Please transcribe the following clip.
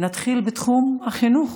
נתחיל בתחום החינוך: